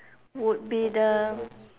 would be the